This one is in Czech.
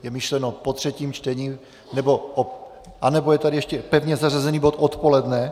Je myšleno po třetím čtení, anebo je tady ještě pevně zařazený bod odpoledne?